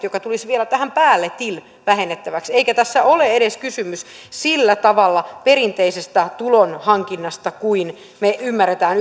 joka tulisi vielä tähän päälle till vähennettäväksi eikä tässä ole edes kysymys sillä tavalla perinteisestä tulonhankinnasta kuin me ymmärrämme